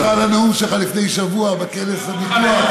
שיבחתי אותך על הנאום שלך לפני שבוע בכנס לביטוח.